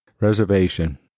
Reservation